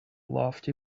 lofty